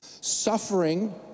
suffering